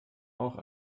auch